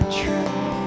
try